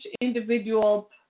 individual